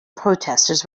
protesters